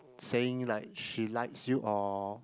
saying like she likes you or